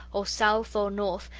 or south or north,